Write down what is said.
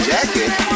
Jacket